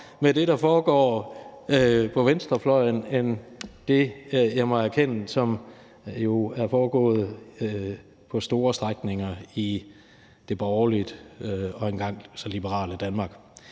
med det, der foregår på venstrefløjen, end det, jeg jo må erkende er foregået på store strækninger i det borgerlige og engang så liberale Danmark.